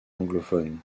anglophone